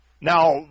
Now